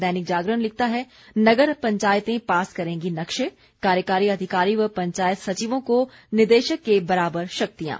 दैनिक जागरण लिखता है नगर पंचायतें पास करेंगी नक्शे कार्यकारी अधिकारी व पंचायत सचिवों को निदेशक के बराबर शक्तियां